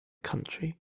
country